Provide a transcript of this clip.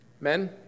Men